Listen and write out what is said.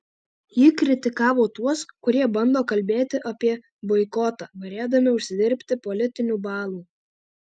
ji kritikavo tuos kurie bando kalbėti apie boikotą norėdami užsidirbti politinių balų